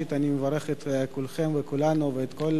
ראשית אני מברך את כולכם ואת כולנו ואת כל